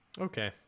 Okay